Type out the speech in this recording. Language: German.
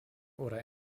oder